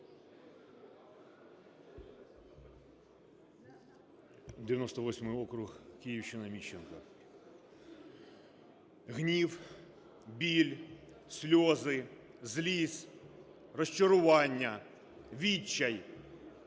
98 округ, Київщина, Міщенко. Гнів, біль, сльози, злість, розчарування, відчай